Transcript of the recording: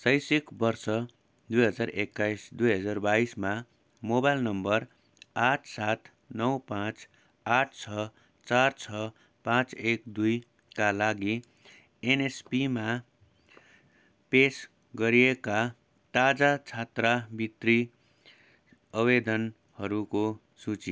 शैक्षिक वर्ष दुई हजार एक्काइस दुई हजार बाइसमा मोबाइल नम्बर आठ सात नौ पाँच आठ छ चार छ पाँच एक दुईका लागि एनएसपीमा पेस गरिएका ताजा छात्रावृत्ति अवेदनहरूको सूची